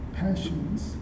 passions